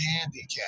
handicap